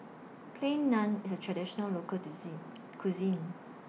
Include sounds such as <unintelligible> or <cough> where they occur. Plain Naan IS A Traditional Local <unintelligible> Cuisine